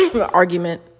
argument